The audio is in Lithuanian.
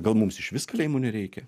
gal mums išvis kalėjimų nereikia